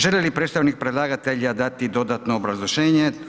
Želi li predstavnik predlagatelja dati dodatno obrazloženje?